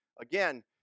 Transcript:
Again